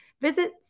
visit